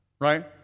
right